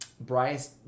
Bryce